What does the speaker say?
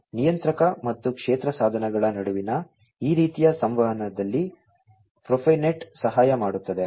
ಆದ್ದರಿಂದ ನಿಯಂತ್ರಕ ಮತ್ತು ಕ್ಷೇತ್ರ ಸಾಧನಗಳ ನಡುವಿನ ಈ ರೀತಿಯ ಸಂವಹನದಲ್ಲಿ ಪ್ರೊಫೈನೆಟ್ ಸಹಾಯ ಮಾಡುತ್ತದೆ